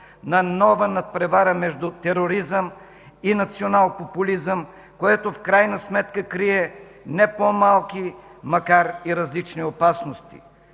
на нова надпревара между тероризъм и националпопулизъм, което в крайна сметка крие не по-малки, макар и различни, опасности.